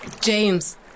James